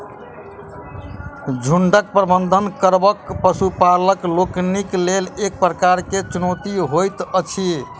झुंडक प्रबंधन करब पशुपालक लोकनिक लेल एक प्रकारक चुनौती होइत अछि